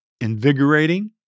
invigorating